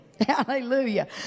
Hallelujah